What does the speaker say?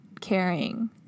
caring